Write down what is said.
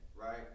Right